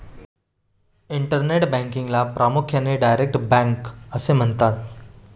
internet बँकिंगला प्रामुख्याने direct bank असे म्हणतात